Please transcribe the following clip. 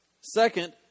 Second